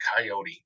Coyote